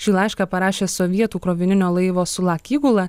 šį laišką parašė sovietų krovininio laivo sulak įgula